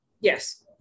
Yes